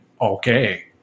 okay